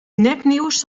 nepnieuws